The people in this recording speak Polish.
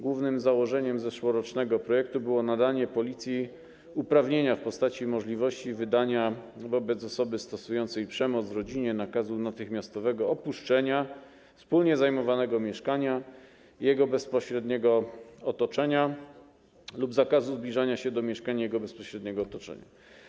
Głównym założeniem zeszłorocznego projektu było nadanie policji uprawnienia w postaci możliwości wydania wobec osoby stosującej przemoc w rodzinie nakazu natychmiastowego opuszczenia wspólnie zajmowanego mieszkania i jego bezpośredniego otoczenia lub zakazu zbliżania się do mieszkania i jego bezpośredniego otoczenia.